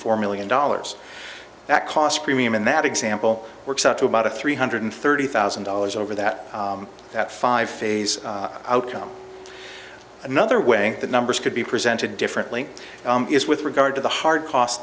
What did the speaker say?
four million dollars that cost premium and that example works out to about three hundred thirty thousand dollars over that that five phase outcome another way the numbers could be presented differently is with regard to the hard cost